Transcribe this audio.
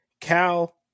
Cal